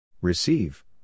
Receive